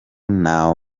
nta